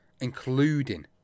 including